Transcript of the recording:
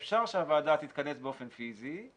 אפשר שהוועדה תתכנס באופן פיזי,